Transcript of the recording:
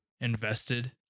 invested